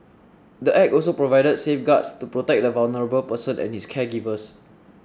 the Act also provides safeguards to protect the vulnerable person and his caregivers